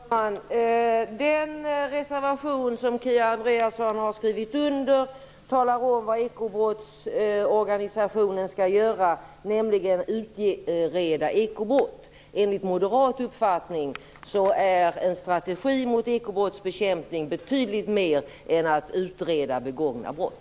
Herr talman! Den reservation som Kia Andreasson har skrivit under talar om vad ekobrottsorganisationen skall göra, nämligen utreda ekobrott. Enligt moderat uppfattning är en strategi mot ekobrottsbekämpning betydligt mer än att utreda begångna brott.